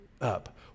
up